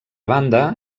banda